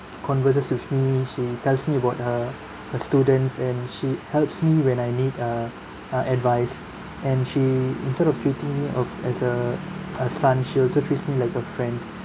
converses with me she tells me about her her students and she helps me when I need uh uh advice and she instead of treating me of as a a son she also treats me like a friend